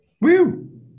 Woo